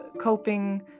coping